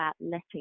letting